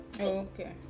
Okay